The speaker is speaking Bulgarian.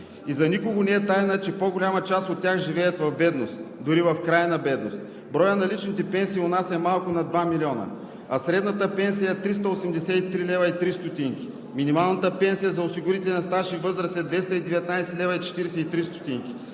За никого не е тайна, че по-голяма част от тях живеят в бедност, дори в крайна бедност. Броят на личните пенсии у нас е малко над 2 милиона, а средната пенсия е 383,03 лв. Минималната пенсия за осигурителен стаж и възраст е 219,43 лв., социалната